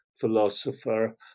philosopher